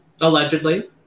Allegedly